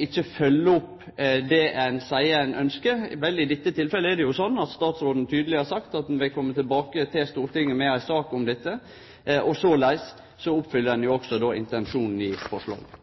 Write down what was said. ikkje følgje opp det ein seier ein ønskjer. Vel, i dette tilfellet er det slik at statsråden tydeleg har sagt at han vil kome tilbake til Stortinget med ei sak om dette. Såleis følgjer ein opp intensjonen i forslaget.